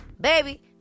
Baby